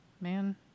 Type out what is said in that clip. man